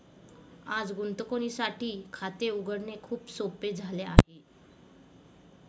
आज गुंतवणुकीसाठी खाते उघडणे खूप सोपे झाले आहे